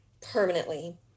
permanently